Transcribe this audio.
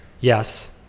Yes